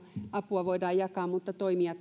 apua voidaan jakaa mutta toimijat